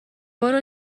برو